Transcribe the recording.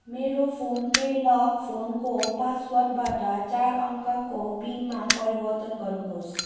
मेरो PhonePe lock फोनको पासवर्डबाट चार अङ्कको पिनमा परिवर्तन गर्नुहोस्